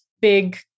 big